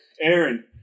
Aaron